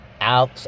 out